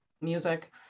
music